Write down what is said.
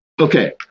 Okay